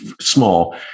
small